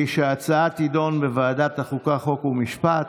היא שההצעה תידון בוועדת החוקה, חוק ומשפט.